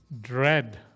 dread